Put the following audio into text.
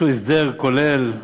הסדר כולל כלשהו,